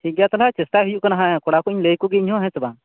ᱴᱷᱤᱠᱜᱮᱭᱟ ᱛᱟᱦᱚᱞᱮ ᱪᱮᱥᱴᱟ ᱦᱩᱭᱩᱜ ᱠᱟᱱᱟᱦᱟᱸᱜ ᱦᱮᱸ ᱠᱚᱲᱟᱠᱚᱹᱧ ᱞᱟ ᱭᱟᱠᱚ ᱜᱮ ᱤᱧᱦᱚᱸ ᱦᱮᱸᱪᱮ ᱵᱟᱝ